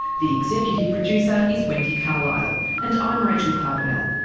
the executive producer is wendy carlisle, and i'm rachel carbonell.